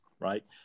right